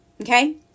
Okay